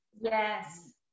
Yes